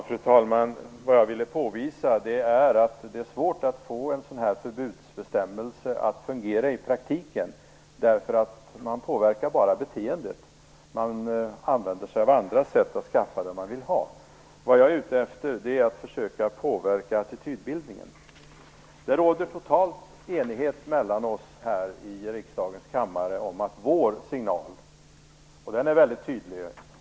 Fru talman! Jag ville påvisa att det är svårt att få en förbudsbestämmelse att fungera i praktiken. Man påverkar bara beteendet. Ungdomar använder sig av andra sätt för att skaffa sig det de vill ha. Jag är ute efter att vi måste försöka påverka attitydbildningen. Det råder total enighet mellan oss i riksdagens kammare om vår signal. Den är väldigt tydlig.